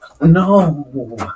No